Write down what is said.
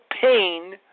pain